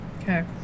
Okay